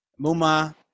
Muma